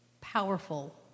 powerful